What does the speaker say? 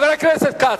חבר הכנסת כץ,